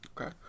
Okay